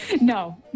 No